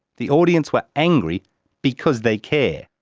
the audience were angry because they care.